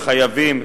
וחייבים,